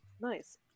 Nice